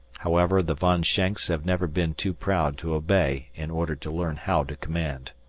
however, the von schenks have never been too proud to obey in order to learn how to command.